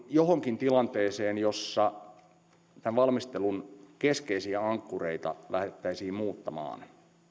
johonkin tilanteeseen jossa tämän valmistelun keskeisiä ankkureita lähdettäisiin muuttamaan niin